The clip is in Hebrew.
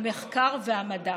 המחקר והמדע".